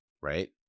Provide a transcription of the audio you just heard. right